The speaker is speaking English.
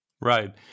Right